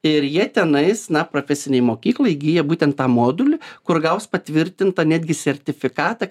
ir jie tenais na profesinėj mokykloj įgyja būtent tą modulį kur gaus patvirtintą netgi sertifikatą